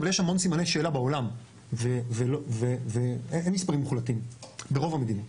אבל יש המון סימני שאלה בעולם ואין מספרים מוחלטים ברוב המדינות.